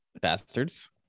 Bastards